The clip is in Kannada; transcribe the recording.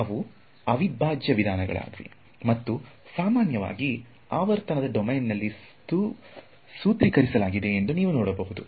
ಅವು ಅವಿಭಾಜ್ಯ ವಿಧಾನಗಳಾಗಿವೆ ಮತ್ತು ಸಾಮಾನ್ಯವಾಗಿ ಆವರ್ತನ ಡೊಮೇನ್ನಲ್ಲಿ ಸೂತ್ರೀಕರಿಸಲಾಗಿದೆ ಎಂದು ನೀವು ನೋಡಬಹುದು